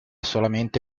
solamente